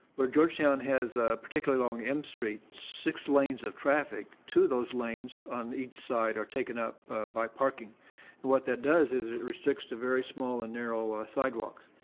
where georgetown has particularly along m street six lanes of traffic, two of those lanes on each side are taken up by parking. and what that does is it restricts the very small and narrow ah sidewalks.